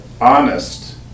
honest